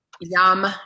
Yum